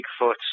Bigfoot